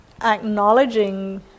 acknowledging